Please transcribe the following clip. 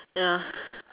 ya